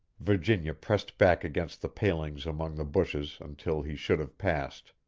virginia pressed back against the palings among the bushes until he should have passed.